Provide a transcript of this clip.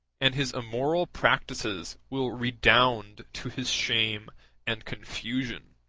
and his immoral practices will redound to his shame and confusion.